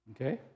Okay